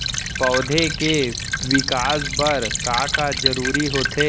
पौधे के विकास बर का का जरूरी होथे?